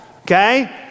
okay